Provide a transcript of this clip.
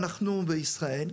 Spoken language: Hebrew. אנחנו בישראל.